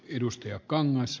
arvoisa puhemies